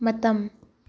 ꯃꯇꯝ